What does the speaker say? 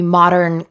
modern